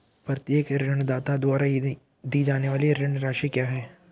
प्रत्येक ऋणदाता द्वारा दी जाने वाली ऋण राशि क्या है?